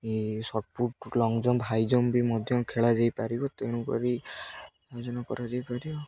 ଏ shot put long jump high jump ବି ମଧ୍ୟ ଖେଳାଯାଇ ପାରିବ ତେଣୁକରି ଆୟୋଜନ କରାଯାଇପାରିବ